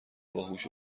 باهوش